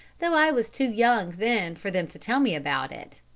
though i was too young then for them to tell me about it.